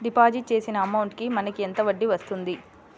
Deposit చేసిన amount కి మనకి ఎంత వడ్డీ వస్తుంది?